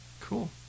Cool